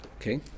Okay